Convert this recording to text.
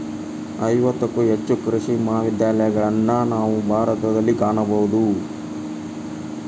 ಐವತ್ತಕ್ಕೂ ಹೆಚ್ಚು ಕೃಷಿ ಮಹಾವಿದ್ಯಾಲಯಗಳನ್ನಾ ನಾವು ಭಾರತದಲ್ಲಿ ಕಾಣಬಹುದು